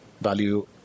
value